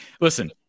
Listen